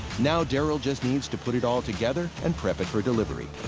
now, daryl just needs to put it all together and prep it for delivery.